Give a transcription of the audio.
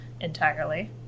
entirely